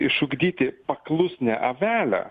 išugdyti paklusnią avelę